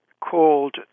called